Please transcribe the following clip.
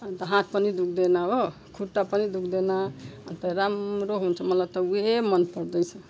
अन्त हाथ पनि दुःख्दैन हो खुट्टा पनि दुःख्दैन अन्त राम्रो हुन्छ मलाई त उही मन पर्दैछ